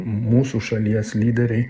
mūsų šalies lyderiai